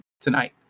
tonight